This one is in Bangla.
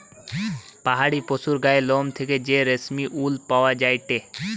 পাহাড়ি পশুর গায়ের লোম থেকে যে রেশমি উল পাওয়া যায়টে